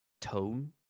Tone